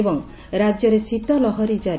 ଏବଂ ରାଜ୍ୟରେ ଶୀତଲହରୀ ଜାରି